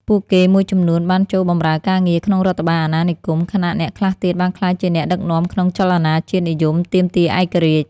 ពួកគេមួយចំនួនបានចូលបម្រើការងារក្នុងរដ្ឋបាលអាណានិគម ខណៈអ្នកខ្លះទៀតបានក្លាយជាអ្នកដឹកនាំក្នុងចលនាជាតិនិយមទាមទារឯករាជ្យ។